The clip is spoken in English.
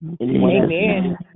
Amen